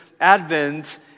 Advent